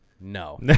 No